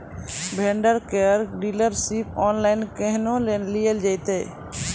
Vendor केर dealership online केहनो लियल जेतै?